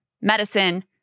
medicine